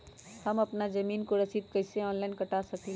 हम अपना जमीन के रसीद कईसे ऑनलाइन कटा सकिले?